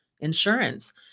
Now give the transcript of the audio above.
Insurance